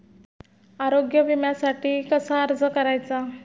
आरोग्य विम्यासाठी कसा अर्ज करायचा?